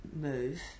move